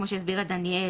כמו שהסבירה דניאל,